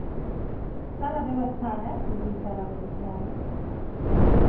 सारा व्यवस्था है जी सारा व्यवस्था है